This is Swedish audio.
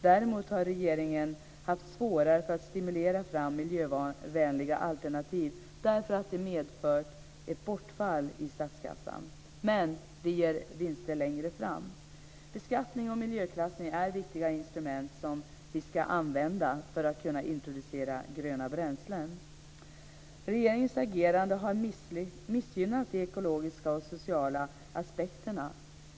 Däremot har regeringen haft svårare för att stimulera fram miljövänliga alternativ därför att de medför ett bortfall i statskassan. Men de ger vinster längre fram! Beskattning och miljöklassning är viktiga instrument som vi ska använda för att kunna introducera gröna bränslen. Regeringens agerande har missgynnat de ekologiska och sociala aspekterna.